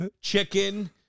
chicken